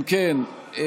אם כן,